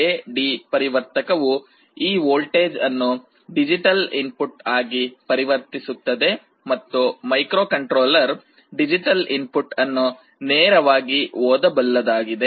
ಎಡಿ ಪರಿವರ್ತಕವುAD converter ಈ ವೋಲ್ಟೇಜ್ ಅನ್ನು ಡಿಜಿಟಲ್ ಇನ್ಪುಟ್ ಆಗಿ ಪರಿವರ್ತಿಸುತ್ತದೆ ಮತ್ತು ಮೈಕ್ರೋಕಂಟ್ರೋಲ್ಲರ್ ಡಿಜಿಟಲ್ ಇನ್ಪುಟ್ ಅನ್ನು ನೇರವಾಗಿ ಓದಬಲ್ಲದಾಗಿದೆ